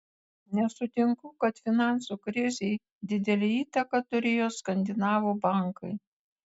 nesutinku kad finansų krizei didelę įtaką turėjo skandinavų bankai